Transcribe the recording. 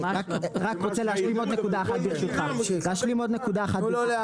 אני רק רוצה להשלים עוד נקודה אחת ברשותך